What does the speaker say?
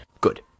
Good